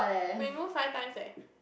we move five times[eh]